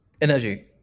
Energy